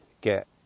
get